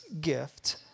gift